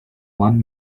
one